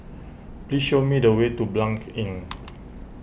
please show me the way to Blanc Inn